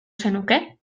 zenuke